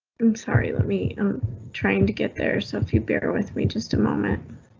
i'm sorry, let me. i'm trying to get there so if you bear with me just a moment.